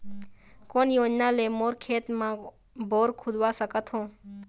कोन योजना ले मोर खेत मा बोर खुदवा सकथों?